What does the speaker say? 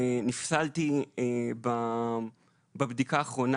ונפסלתי בבדיקה האחרונה.